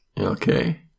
Okay